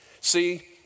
See